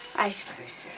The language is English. i suppose